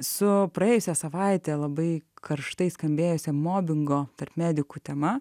su praėjusią savaitę labai karštai skambėjusią mobingo tarp medikų tema